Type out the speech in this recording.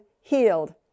healed